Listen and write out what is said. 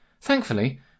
Thankfully